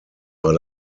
war